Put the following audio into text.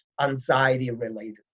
anxiety-related